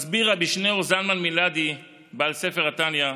מסביר רבי שניאור זלמן מלאדי, בעל ספר התניא,